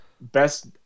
best